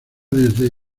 desde